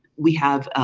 we have